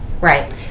Right